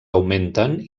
augmenten